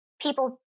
people